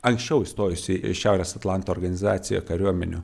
anksčiau įstojusių į šiaurės atlanto organizaciją kariuomenių